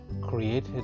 created